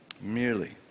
Merely